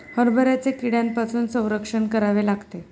हरभऱ्याचे कीड्यांपासून संरक्षण करावे लागते